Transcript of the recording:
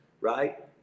Right